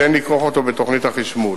שאין לכרוך אותו בתוכנית החשמול.